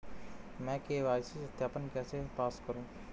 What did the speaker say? मैं के.वाई.सी सत्यापन कैसे पास करूँ?